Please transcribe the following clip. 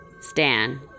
stan